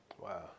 Wow